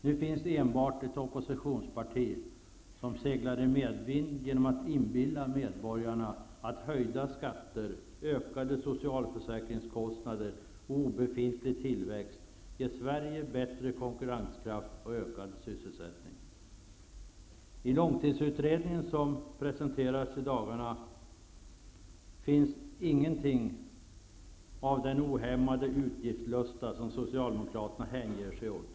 Nu finns enbart ett oppositionsparti som seglar i medvind genom att inbilla medborgarna att höjda skatter, ökade socialförsäkringskostnader och obefintlig tillväxt ger Sverige bättre konkurrenskraft och ökad sysselsättning. I Långtidsutredningen som presenterades i dagarna finns ingenting av den ohämmade utgiftslusta som Socialdemokraterna hänger sig åt.